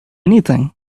anything